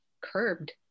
curbed